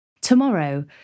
Tomorrow